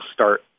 start